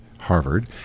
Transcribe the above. Harvard